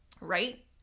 right